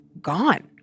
gone